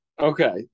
Okay